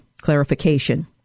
clarification